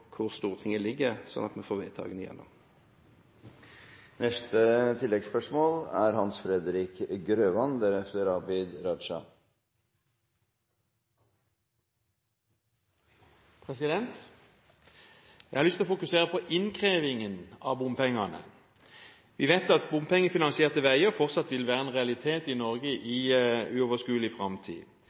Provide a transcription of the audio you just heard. Stortinget stiller seg, slik at vi får vedtakene igjennom. Hans-Fredrik Grøvan – til oppfølgingsspørsmål. Jeg har lyst til å fokusere på innkrevingen av bompengene. Vi vet at bompengefinansierte veier fortsatt vil være en realitet i Norge i uoverskuelig framtid.